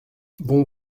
bon